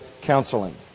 Counseling